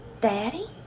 Daddy